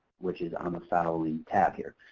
which is on the following tab here.